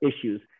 issues